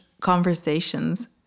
conversations